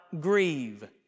grieve